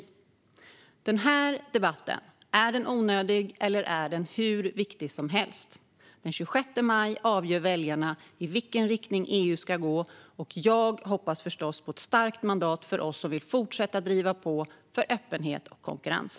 Är den här debatten onödig eller hur viktig som helst? Den 26 maj avgör väljarna i vilken riktning EU ska gå. Jag hoppas förstås på ett starkt mandat för oss som vill fortsätta driva på för öppenhet och konkurrens.